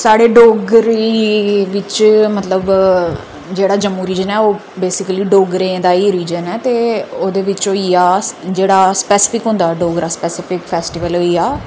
साढे डोगरी बिच मतलब लोक जेह्ड़ा जम्मू रिजन ऐ ओह बेसीकली डोगरें दा ई रिजन ऐ ते ओह्दे बिच होई गेआ अस जेह्ड़ा स्पैसिफिक होएदा डोगरा स्पैसिफिक फैस्टीवल होई गेआ